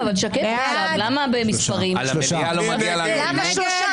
מי נגד?